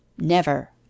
Never